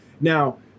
now